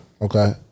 okay